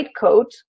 coat